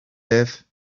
live